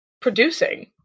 producing